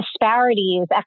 disparities